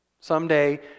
someday